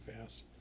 fast